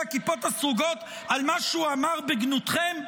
הכיפות הסרוגות על מה שהוא אמר בגנותכם,